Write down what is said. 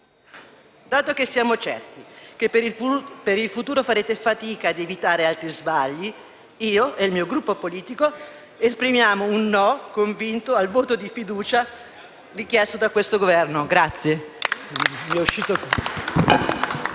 Dato che siamo certi che per il futuro farete fatica a evitare altri sbagli, io e il Gruppo politico cui appartengo esprimiamo un no convinto al voto di fiducia richiesto da questo Governo.